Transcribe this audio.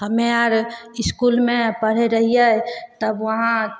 हम्मे आर इसकुलमे पढ़ै रहियै तब वहाँ